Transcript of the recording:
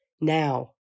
now